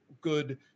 good